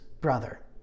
brother